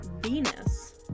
venus